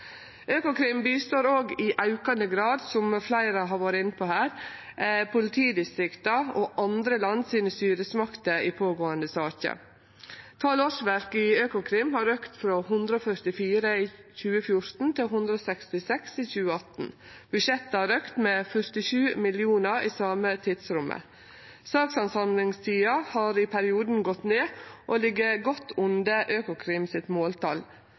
aukande grad, som fleire har vore inne på, politidistrikta og styresmaktene i andre land i pågåande saker. Talet på årsverk i Økokrim har auka frå 144 i 2014 til 166 i 2018. Budsjettet har auka med 47 mill. kr i det same tidsrommet. Sakshandsamingstida har i perioden gått ned og ligg godt under